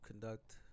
conduct